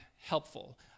helpful